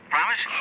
Promise